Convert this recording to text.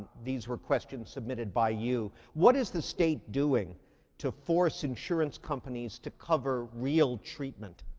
these were questions submitted by you. what is the state doing to force insurance companies to cover real treatment?